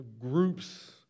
groups